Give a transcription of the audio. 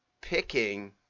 picking